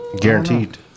Guaranteed